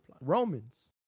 Romans